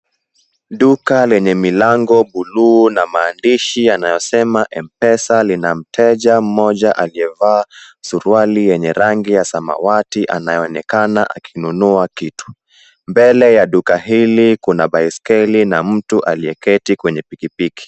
Duka lenye milango buluu na maandishi yanayosema Mpesa lina mteja mmoja aliyevaa suruali yenye rangi ya samawati anayeonekana akinunua kitu. Mbele ya duka hili kuna baiskeli na mtu aliyeketi kwenye pikipiki.